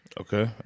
Okay